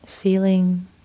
feeling